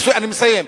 אני מסיים.